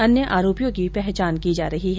अन्य आरोपियों की पहचान की जा रही है